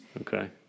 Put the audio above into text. Okay